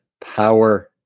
power